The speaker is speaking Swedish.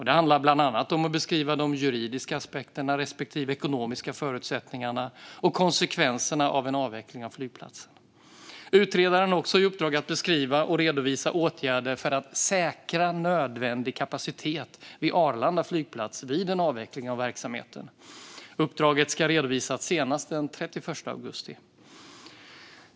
Det handlar bland annat om att beskriva de juridiska aspekterna respektive de ekonomiska förutsättningarna och konsekvenserna av en avveckling av flygplatsen. Utredaren har också i uppdrag att beskriva och redovisa åtgärder för att säkra nödvändig kapacitet vid Arlanda flygplats vid en avveckling av verksamheten. Uppdraget ska redovisas senast den 31 augusti.